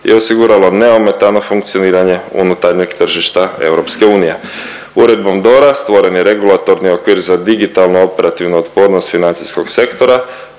i osiguralo neometano funkcioniranje unutarnjeg tržišta EU. Uredbom DORA stvoren je regulatorni okvir za digitalno operativnu otpornost financijskog sektora